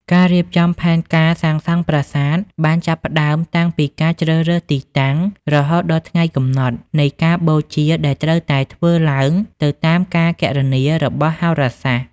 ការរៀបចំផែនការសាងសង់ប្រាសាទបានចាប់ផ្តើមតាំងពីការជ្រើសរើសទីតាំង រហូតដល់ថ្ងៃកំណត់នៃការបូជាដែលត្រូវតែធ្វើឡើងទៅតាមការគណនារបស់ហោរាសាស្ត្រ។